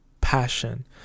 Passion